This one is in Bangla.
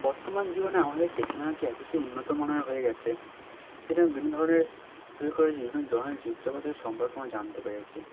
বর্তমান জীবনে আমাদের টেকনোলজি এতটাই উন্নতমানের হয়ে গিয়েছে সেটা বিভিন্ন ধরনের বিভিন্ন জন জীবজগতের সম্পর্কে আমরা জানতে পেরেছি